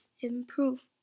improve